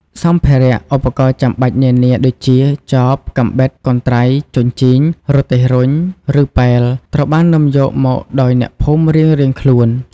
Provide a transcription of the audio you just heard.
សម្ភារៈ ឧបករណ៍ចាំបាច់នានា ដូចជា ចប កាំបិត កន្ត្រៃ ជញ្ជីង រទេះរុញ ឬប៉ែល ត្រូវបាននាំយកមកដោយអ្នកភូមិរៀងៗខ្លួន។